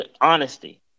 Honesty